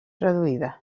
reduïda